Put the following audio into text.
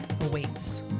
awaits